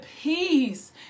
peace